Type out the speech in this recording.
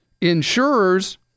Insurers